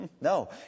No